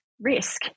risk